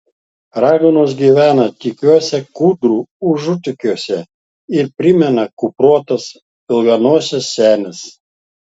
raganos gyvena tykiuose kūdrų užutėkiuose ir primena kuprotas ilganoses senes